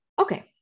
Okay